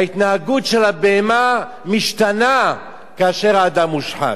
ההתנהגות של הבהמה משתנה כאשר האדם מושחת.